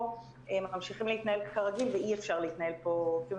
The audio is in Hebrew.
פה ממשיכים להתנהל כרגיל ואי אפשר להתנהל פה ככה,